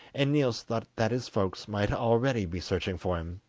and niels thought that his folks might already be searching for him,